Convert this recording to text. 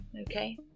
Okay